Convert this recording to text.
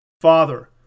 Father